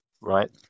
right